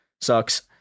sucks